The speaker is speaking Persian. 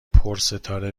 پرستاره